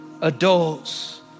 adults